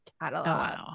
catalog